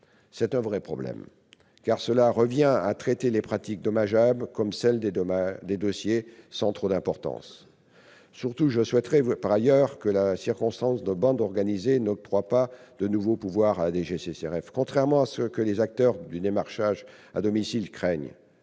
C'est un vrai problème, car cela revient à traiter ces pratiques dommageables comme celles des dossiers sans grande importance. Surtout, je souhaite que la circonstance de bande organisée ne permette pas d'octroyer de nouveaux pouvoirs à la DGCCRF. Contrairement à ce que les acteurs du démarchage à domicile craignent,